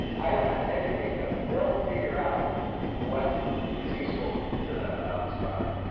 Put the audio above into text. i don't have to educate them. they'll figure out what is useful to them about this product.